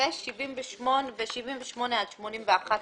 נקודות שזאת הוראת המעבר וסף הדיווח הרגיל.